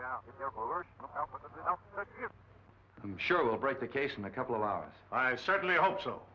are i'm sure we'll break the case in a couple of hours i certainly hope so